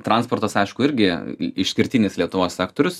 transportas aišku irgi išskirtinis lietuvos sektorius